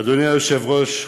אדוני היושב-ראש,